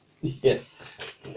Yes